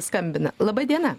skambina laba diena